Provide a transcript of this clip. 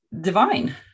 divine